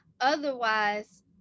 Otherwise